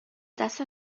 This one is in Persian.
دست